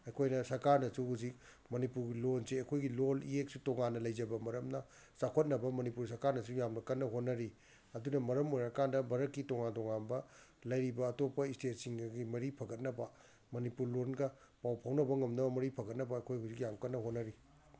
ꯑꯩꯈꯣꯏꯅ ꯁꯔꯀꯥꯔꯅꯁꯨ ꯍꯧꯖꯤꯛ ꯃꯅꯤꯄꯨꯔꯒꯤ ꯂꯣꯟꯁꯦ ꯑꯩꯈꯣꯏꯒꯤ ꯂꯣꯟ ꯏꯌꯦꯛꯁꯨ ꯇꯣꯉꯥꯟꯅ ꯂꯩꯖꯕ ꯃꯔꯝꯅ ꯆꯥꯎꯈꯠꯅꯕ ꯃꯅꯤꯄꯨꯔ ꯁꯔꯀꯥꯔꯅꯁꯨ ꯌꯥꯝꯅ ꯀꯟꯅ ꯍꯣꯠꯅꯔꯤ ꯑꯗꯨꯅ ꯃꯔꯝ ꯑꯣꯏꯔꯀꯥꯟꯗ ꯚꯥꯔꯠꯀꯤ ꯇꯣꯉꯥꯟ ꯇꯣꯉꯥꯟꯕ ꯂꯩꯔꯤꯕ ꯑꯇꯣꯞꯄ ꯏꯁꯇꯦꯠꯁꯤꯡꯒꯒꯤ ꯃꯔꯤ ꯐꯒꯠꯅꯕ ꯃꯅꯤꯄꯨꯔ ꯂꯣꯟꯒ ꯄꯥꯎ ꯐꯥꯎꯅꯕ ꯉꯝꯅꯕ ꯃꯔꯤ ꯐꯒꯠꯅꯕ ꯑꯩꯈꯣꯏ ꯍꯧꯖꯤꯛ ꯌꯥꯝ ꯀꯟꯅ ꯍꯣꯠꯅꯔꯤ